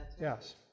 Yes